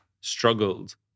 struggled